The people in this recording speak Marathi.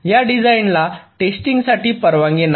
या डिझाइनला टेस्टिंगसाठी परवानगी नाही